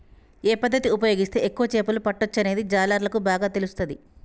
ఏ పద్దతి ఉపయోగిస్తే ఎక్కువ చేపలు పట్టొచ్చనేది జాలర్లకు బాగా తెలుస్తది